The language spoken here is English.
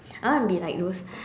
I wanna be like those